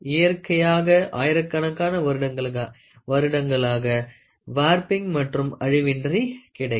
இயற்கையாக ஆயிரக்கணக்கான வருடங்களாக வார்பிங் மற்றும் அழிவின்றி கிடைக்கும்